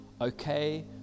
okay